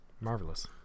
Marvelous